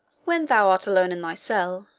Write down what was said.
when thou art alone in thy cell,